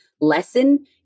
lesson